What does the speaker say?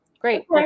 great